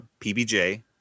PBJ